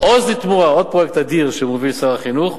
"עוז לתמורה" עוד פרויקט אדיר שמוביל שר החינוך,